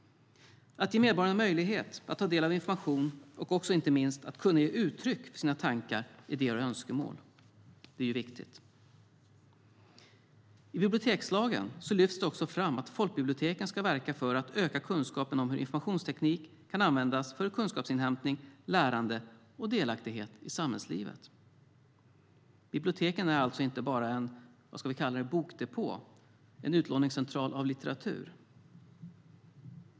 Att ge medborgarna möjlighet att ta del av information och inte minst att kunna ge uttryck för sina tankar, idéer och önskemål är viktigt. I bibliotekslagen lyfts det också fram att folkbiblioteken ska verka för att öka kunskapen om hur informationsteknik kan användas för kunskapsinhämtning, lärande och delaktighet i samhällslivet. Biblioteket är alltså inte bara en bokdepå, en utlåningscentral av litteratur.